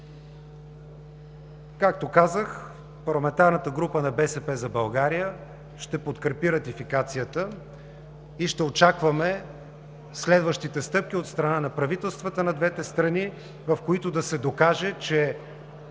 Както казах, парламентарната група на „БСП за България“ ще подкрепи ратификацията и ще очакваме следващите стъпки от страна на правителствата на двете страни, в които да се докаже, че